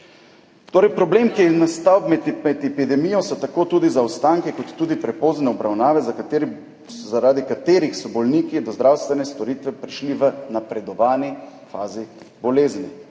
Problem, ki je nastal med epidemijo, so tako zaostanki kot tudi prepozne obravnave, zaradi katerih so bolniki do zdravstvene storitve prišli v napredovani fazi bolezni.